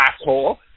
asshole